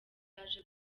yaje